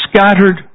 scattered